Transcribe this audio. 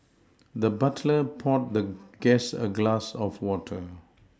the butler poured the guest a glass of water